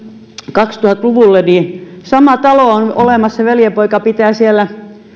kaksituhatta luvulle sama talo on olemassa veljenpoika pitää siellä